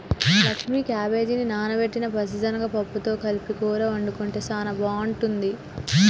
లక్ష్మీ క్యాబేజిని నానబెట్టిన పచ్చిశనగ పప్పుతో కలిపి కూర వండుకుంటే సానా బాగుంటుంది